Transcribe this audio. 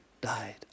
died